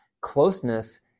closeness